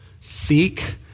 seek